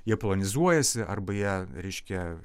jie planizuojasi arba jie reiškia